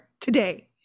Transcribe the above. today